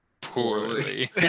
poorly